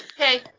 Okay